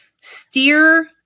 steer